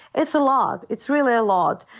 it's a lot. it's really a lot.